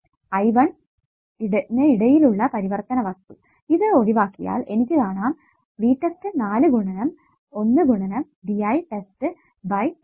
I1 ഇടയിലുള്ള പരിവർത്തിതവസ്തു ഇത് ഒഴിവാക്കിയാൽ എനിക്ക് കാണാം V test 4 ഗുണനം 1 ഗുണനം dI ടെസ്റ്റ് ബൈ dt